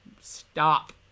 stop